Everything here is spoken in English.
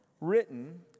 written